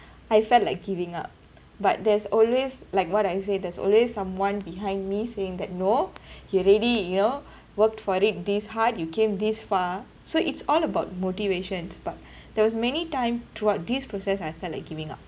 I felt like giving up but there's always like what I say there's always someone behind me saying that no you already you know worked for it this hard you came this far so it's all about motivations but that was many time throughout this process I felt like giving up